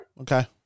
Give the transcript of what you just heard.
Okay